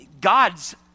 God's